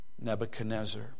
Nebuchadnezzar